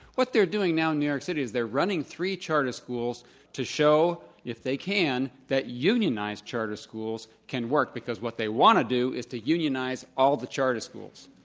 what they're doing now in new york city is they're running three charter schools to show if they can, that unionized charter schools can work, because what they want to do, is to unionize all the charter schools.